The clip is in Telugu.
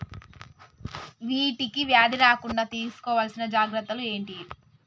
వీటికి వ్యాధి రాకుండా తీసుకోవాల్సిన జాగ్రత్తలు ఏంటియి?